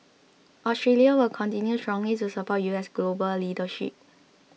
Australia will continue strongly to support U S global leadership